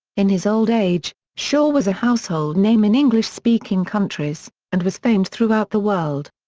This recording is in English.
in his old age, shaw was a household name in english-speaking countries, and was famed throughout the world.